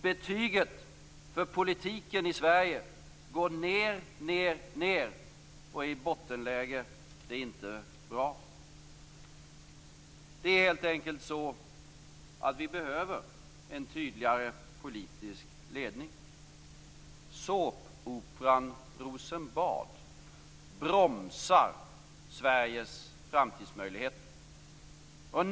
Betyget för politiken i Sverige går ned, ned, ned och är i bottenläge - det är inte bra. Det är helt enkelt så att vi behöver en tydligare politisk ledning. Såpoperan Rosenbad bromsar Sveriges framtidsmöjligheter.